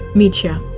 mitya.